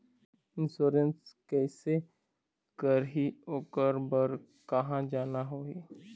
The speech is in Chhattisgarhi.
इंश्योरेंस कैसे करही, ओकर बर कहा जाना होही?